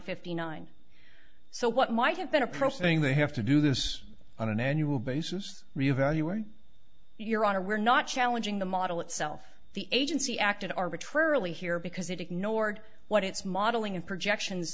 fifty nine so what might have been approach thing they have to do this on an annual basis reevaluating your honor we're not challenging the model itself the agency acted arbitrarily here because it ignored what its modeling and